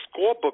scorebook